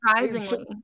surprisingly